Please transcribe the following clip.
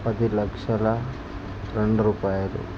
పది లక్షల రెండు రూపాయలు